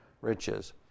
riches